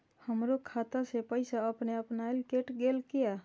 हमरो खाता से पैसा अपने अपनायल केट गेल किया?